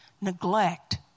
neglect